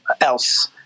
else